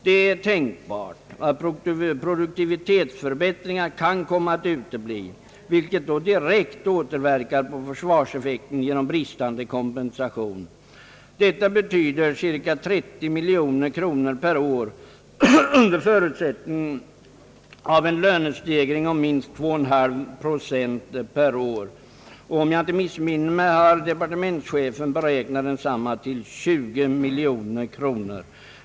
Det är tänkbart att produktivitetsförbättringar kan komma att utebli, vilket då direkt återverkar på försvarseffekten genom bristande kompensation. Detta betyder cirka 30 miljoner kronor per år under förutsättning av lönestegring om minst 2,5 procent per år. Om jag inte missminner mig har departementschefen beräknat densamma till 20 miljoner kronor.